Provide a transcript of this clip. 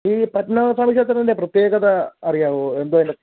ഈ പത്മനാഭസ്വാമി ക്ഷേത്രത്തിൻറെ പ്രത്യേകത അറിയാമോ എന്താണെന്ന്